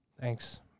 Thanks